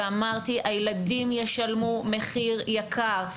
ואמרתי הילדים ישלמו מחיר יקר.